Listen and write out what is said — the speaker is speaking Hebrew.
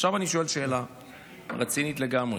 עכשיו אני שואל שאלה רצינית לגמרי: